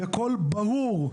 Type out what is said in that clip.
בקול ברור,